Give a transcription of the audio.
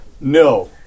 No